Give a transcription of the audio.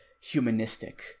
humanistic